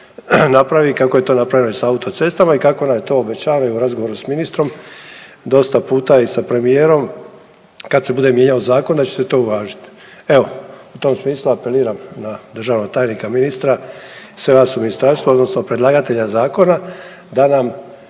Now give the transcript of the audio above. napravi kako je to napravljeno i sa autocestama i kako nam je to obećavano i u razgovoru s ministrom dosta puta i sa premijerom kada se bude mijenjao zakon da će se to uvažit. Evo u tom smislu apeliram na državnog tajnika, ministra, sve vas u ministarstvu odnosno predlagatelja zakona da nam